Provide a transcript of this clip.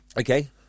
Okay